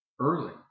early